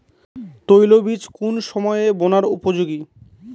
তৈলবীজ কোন সময়ে বোনার উপযোগী?